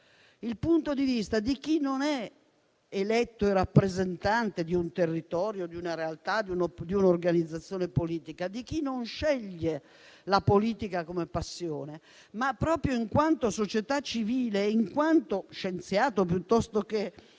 diverso, quello di chi non è eletto e rappresentante di un territorio, di una realtà o di un'organizzazione politica, di chi non sceglie la politica come passione, ma, proprio in quanto società civile e in quanto scienziato, storico,